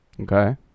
Okay